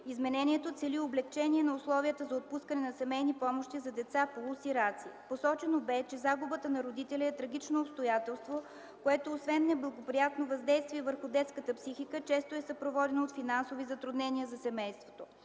Изменението цели облекчение на условията за отпускане на семейни помощи за деца полусираци. Посочено бе, че загубата на родителя е трагично обстоятелство, което освен неблагоприятно въздействие върху детската психика, често е съпроводено от финансови затруднения за семейството.